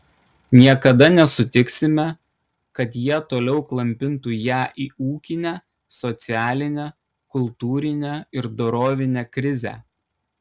niekada nesutiksime kad jie toliau klampintų ją į ūkinę socialinę kultūrinę ir dorovinę krizę